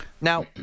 Now